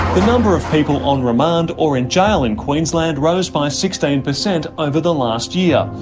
the number of people on remand or in jail in queensland rose by sixteen percent over the last year,